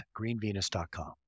greenvenus.com